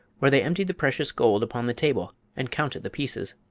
where they emptied the precious gold upon the table and counted the pieces.